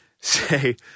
say